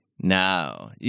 No